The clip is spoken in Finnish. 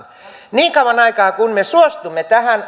niin kauan aikaa kuin me suostumme tähän